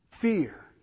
fear